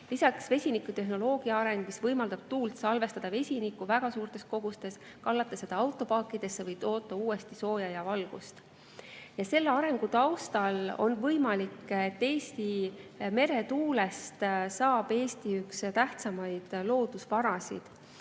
Lisaks vesinikutehnoloogia areng, mis võimaldab tuult salvestada vesinikku väga suurtes kogustes, kallata seda autopaakidesse või toota uuesti sooja ja valgust. Selle arengu taustal on võimalik, et Eesti meretuulest saab üks tähtsamaid loodusvarasid,